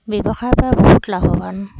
ব্যৱসায়ৰ পৰা বহুত লাভৱান